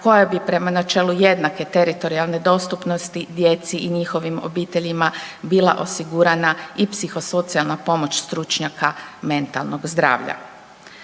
koja bi prema načelu jednake teritorijalne dostupnosti djeci i njihovim obiteljima bila osigurana i psihosocijalna pomoć stručnjaka mentalnog zdravlja.